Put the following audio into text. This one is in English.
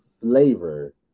flavor